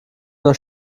nur